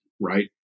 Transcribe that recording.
right